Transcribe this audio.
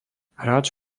hráč